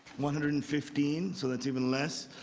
one hundred and fifteen. so that's even less.